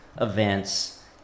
events